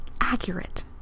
accurate